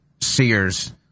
Sears